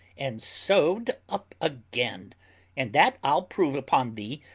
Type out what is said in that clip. and sew'd up again and that i'll prove upon thee,